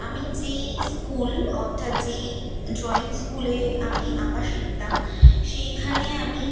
আমি যেই স্কুল অর্থাৎ যেই ড্রয়িং স্কুলে আমি আঁকা শিখতাম সেইখানে আমি